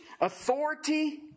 authority